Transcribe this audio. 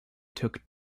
took